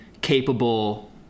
capable